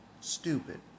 Stupid